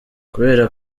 kubera